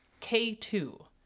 K2